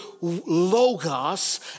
logos